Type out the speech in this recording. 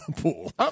pool